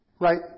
Right